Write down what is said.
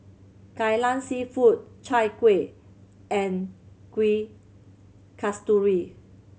Kai Lan Seafood Chai Kueh and Kuih Kasturi